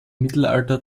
mittelalter